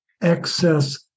excess